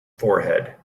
forehead